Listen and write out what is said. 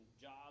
jobs